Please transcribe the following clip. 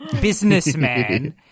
businessman